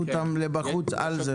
להפריש אותם ופה לא ניתן פתרון למגדלים.